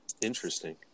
Interesting